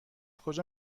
کجا